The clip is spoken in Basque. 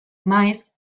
maiz